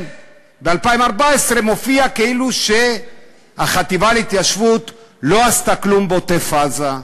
ב-2014 מופיע כאילו החטיבה להתיישבות לא עשתה כלום בעוטף-עזה.